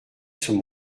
sous